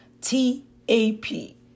T-A-P